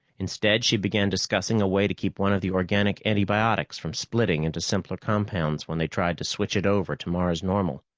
instead, she began discussing a way to keep one of the organic antibiotics from splitting into simpler compounds when they tried to switch it over to mars-normal.